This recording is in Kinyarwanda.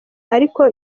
ariko